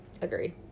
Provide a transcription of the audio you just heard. Agreed